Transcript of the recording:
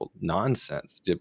nonsense